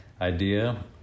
idea